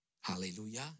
Hallelujah